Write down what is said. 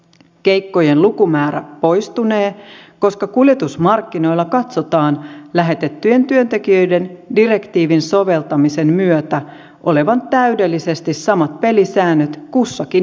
keikkojen lukumäärä poistunee koska kuljetusmarkkinoilla katsotaan lähetettyjen työntekijöiden direktiivin soveltamisen myötä olevan täydellisesti samat pelisäännöt kussakin jäsenmaassa